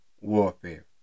warfare